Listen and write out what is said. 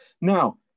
Now